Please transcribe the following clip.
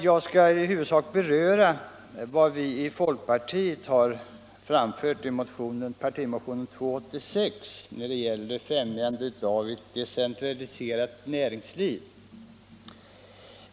Jag skall i huvudsak beröra vad vi i folkpartiet har framfört i vår partimotion 286 i syfte att främja ett decentraliserat näringsliv.